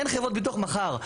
אין חברות ביטוח מחר.